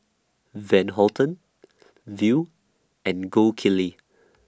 Van Houten Viu and Gold Kili